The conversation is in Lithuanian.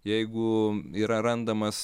jeigu yra randamas